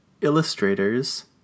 illustrators